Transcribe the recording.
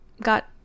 got